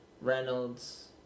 Reynolds